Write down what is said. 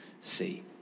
see